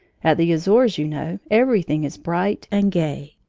at the azores, you know, everything is bright and gay.